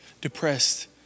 depressed